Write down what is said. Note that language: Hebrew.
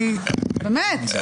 טלי.